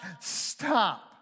stop